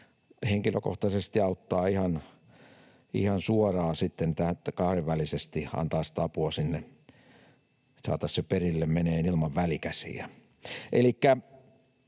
henkilökohtaisesti auttaa ihan suoraan, ja sitten kahdenvälisesti antamalla apua sinne saataisiin se perille menemään ilman välikäsiä.